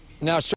Now